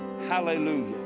hallelujah